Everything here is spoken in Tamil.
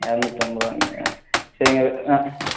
இரநூத்தம்பது ரூபாய்ங்களா சரிங்க ஆ